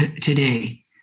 today